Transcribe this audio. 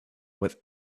with